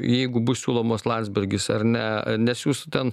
jeigu bus siūlomos landsbergis ar ne nes jūs ten